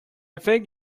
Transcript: think